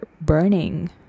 burning